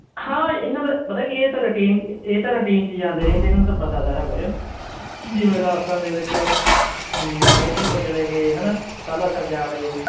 ਹਾਂ ਇਹਨਾਂ ਦਾ ਪਤਾ ਕੀ ਇਹ ਤਾਂ ਰੂਟੀਨ ਇਹ ਤਾਂ ਰੂਟੀਨ 'ਚ ਜਾਂਦੇ ਰਹਿੰਦੇ ਇਹਨਾਂ ਨੂੰ ਤਾਂ ਪਤਾ ਸਾਰਾ ਕੁਝ ਜਿਵੇਂ ਰਾਜਸਥਾਨ ਦੇ ਵਿੱਚ ਮਹਿੰਦੀਪੁਰ ਚਲੇ ਗਏ ਹੈ ਨਾ ਸਾਲਾਸਰ ਜਾ ਵੜੇ